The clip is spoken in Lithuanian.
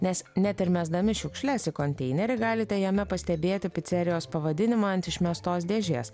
nes net ir mesdami šiukšles į konteinerį galite jame pastebėti picerijos pavadinimą ant išmestos dėžės